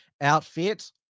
outfit